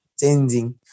changing